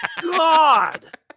god